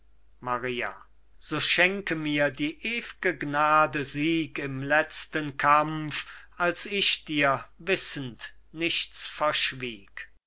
maria so schenke mir die ew'ge gnade sieg im letzten kampf als ich dir wissend nichts verschwieg